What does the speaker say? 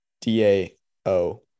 D-A-O